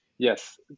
Yes